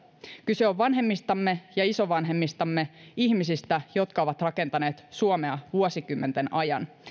kyse on vanhemmistamme ja isovanhemmistamme ihmisistä jotka ovat rakentaneet suomea vuosikymmenten ajan